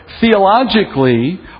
Theologically